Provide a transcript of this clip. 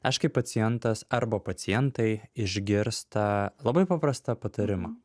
aš kai pacientas arba pacientai išgirsta labai paprastą patarimą